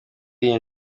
iyi